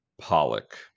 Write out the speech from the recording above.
Pollock